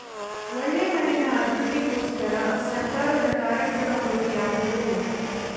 ಒಳ್ಳೆ ಮಣ್ಣಿನ ಅಭಿವೃದ್ಧಿಗೋಸ್ಕರ ಸರ್ಕಾರದ ಕಾರ್ಯಕ್ರಮಗಳು ಯಾವುವು?